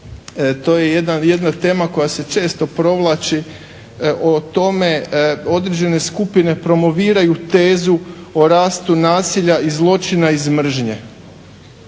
to je jedna tema koja se često provlači o tome, određene skupine promoviraju tezu o rastu nasilja i zločina iz mržnje